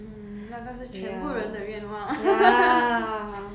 mm 那个是全部人的愿望